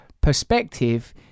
perspective